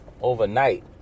overnight